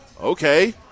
Okay